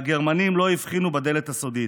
והגרמנים לא הבחינו בדלת הסודית.